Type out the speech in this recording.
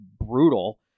brutal